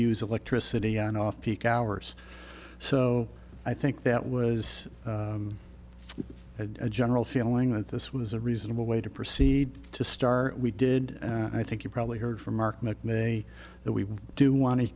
use electricity on off peak hours so i think that was a general feeling that this was a reasonable way to proceed to star we did i think you probably heard from mark macmini that we do want to